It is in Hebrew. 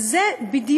אז זה בדיוק,